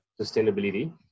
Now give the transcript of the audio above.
sustainability